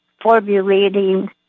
formulating